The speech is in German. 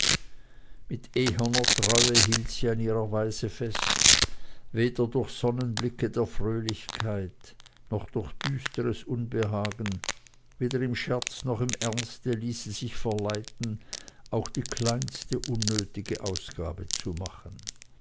mit eherner treue hielt sie an ihrer weise fest weder durch sonnenblicke der fröhlichkeit noch durch düsteres unbehagen weder im scherz noch im ernste ließ sie sich verleiten auch die kleinste unnötige ausgabe zu machen